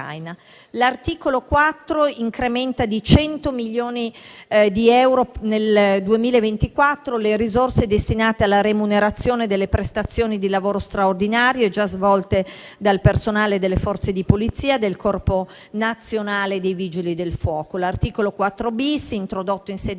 L'articolo 4 incrementa di 100 milioni di euro nel 2024 le risorse destinate alla remunerazione delle prestazioni di lavoro straordinarie già svolte dal personale delle Forze di polizia e del Corpo nazionale dei vigili del fuoco. L'articolo 4-*bis*, introdotto in sede